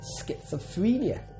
schizophrenia